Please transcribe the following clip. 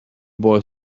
boy